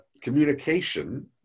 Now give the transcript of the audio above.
communication